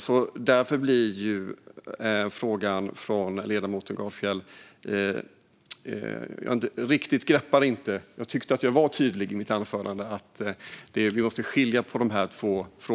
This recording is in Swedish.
Jag greppar inte riktigt frågeställningen, för jag tyckte att jag var tydlig i mitt anförande med att vi måste skilja på de här två sakerna.